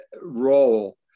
role